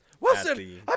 Wilson